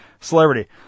celebrity